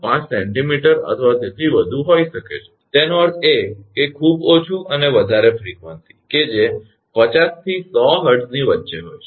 5 𝑐𝑚 અથવા તેથી વધુ હોઈ શકે છે તેનો અર્થ એ કે ખૂબ ઓછું અને વધારે ફ્રિકવંસી કે જે 50 − 100 𝐻𝑧 ની વચ્ચે હોય છે